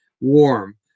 warm